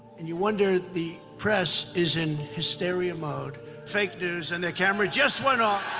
and you wonder, the press is in hysteria mode, fake news, and their camera just went off.